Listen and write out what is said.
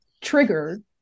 triggered